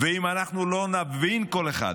אם אנחנו לא נבין, כל אחד,